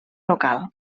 local